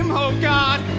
oh god!